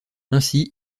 ainsi